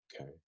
Okay